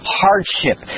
hardship